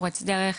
פורץ דרך,